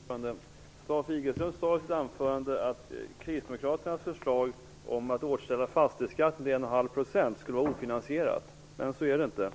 Fru talman! Lisbeth Staaf-Igelström sade i sitt anförande att kristdemokraternas förslag om att återställa fastighetsskatten till 1,5 % skulle vara ofinansierat. Men så är det inte.